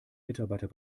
mitarbeiter